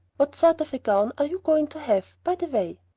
what sort of a gown are you going to have, by the way?